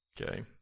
Okay